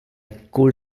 could